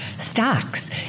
Stocks